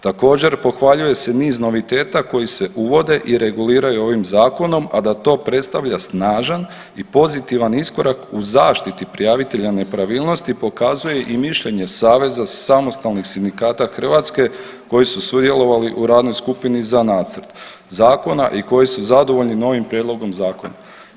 Također pohvaljuje se niz noviteta koji se uvode i reguliraju ovim zakonom, a da to predstavlja snažan i pozitivan iskorak u zaštiti prijavitelja nepravilnosti pokazuje i mišljenje Saveza samostalnih sindikata Hrvatske koji su sudjelovali u radnoj skupini za nacrt zakona i koji su zadovoljni novim prijedlogom zakona.